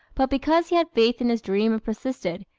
but because he had faith in his dream and persisted,